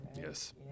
Yes